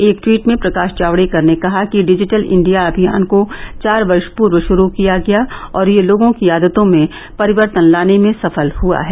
एक ट्वीट में प्रकाश जावड़ेकर ने कहा कि डिजिटल इंडिया अभियान को चार वर्ष पूर्व शुरू किया गया और यह लोगों की आदतों में परिवर्तन लाने में सफल हुआ है